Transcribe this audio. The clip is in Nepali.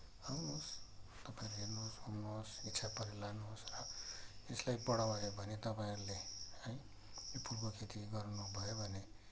आउनुहोस् तपाईँहरू हेर्नुहोस् घुम्नुहोस् इच्छा परे लानुहोस् यसलाई बढायो भयो भने तपाईँहरूले यो फुलको खेती गर्नु भयो भने